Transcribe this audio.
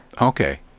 Okay